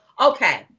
Okay